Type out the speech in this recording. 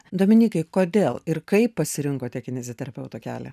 dominykai kodėl ir kaip pasirinkote kineziterapeuto kelią